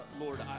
Lord